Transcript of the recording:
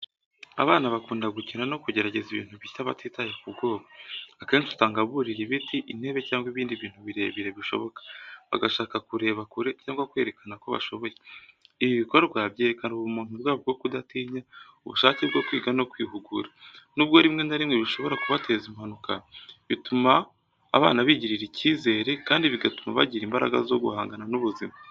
Abana bakunda gukina no kugerageza ibintu bishya batitaye ku bwoba. Akenshi usanga burira ibiti, intebe cyangwa ibindi bintu birebire bishoboka, bagashaka kureba kure cyangwa kwerekana ko bashoboye. Ibi bikorwa byerekana ubumuntu bwabo bwo kudatinya, ubushake bwo kwiga no kwihugura. Nubwo rimwe na rimwe bishobora kubateza impanuka, bituma abana bigirira icyizere kandi bigatuma bagira imbaraga zo guhangana n’ubuzima.